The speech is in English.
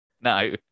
no